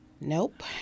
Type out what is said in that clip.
Nope